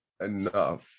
enough